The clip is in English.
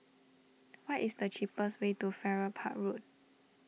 what is the cheapest way to Farrer Park Road